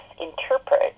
interpret